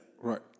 Right